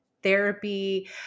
therapy